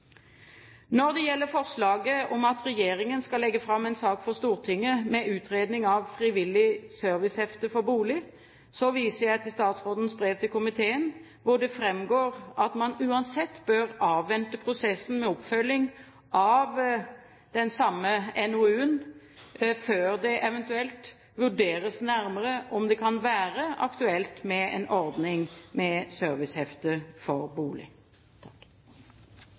Når det gjelder forslaget om at regjeringen skal legge fram en sak for Stortinget med utredning av frivillig servicehefte for bolig, viser jeg til statsrådens brev til komiteen, hvor det framgår at man uansett bør avvente prosessen med oppfølging av den samme NOU-en før det eventuelt vurderes nærmere om det kan være aktuelt med en ordning med servicehefte for bolig.